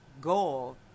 goal